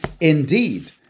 Indeed